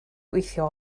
gweithio